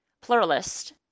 pluralist